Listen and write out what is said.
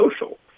social